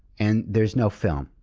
and there's no film,